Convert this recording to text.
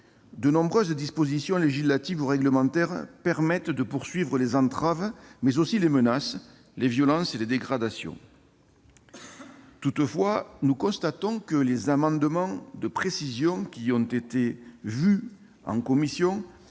de nombreuses dispositions législatives ou réglementaires permettent de poursuivre les entraves, mais aussi les menaces, les violences et les dégradations. Toutefois, nous constatons que les amendements de précision qui ont été examinés en commission